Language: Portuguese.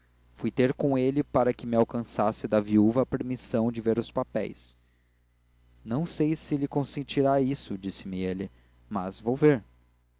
fui ter com ele para que me alcançasse da viúva a permissão de ver os papéis não sei se lhe consentirá isso disse-me ele mas vou ver